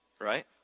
Right